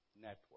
Network